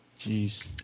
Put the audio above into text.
Jeez